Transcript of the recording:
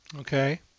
Okay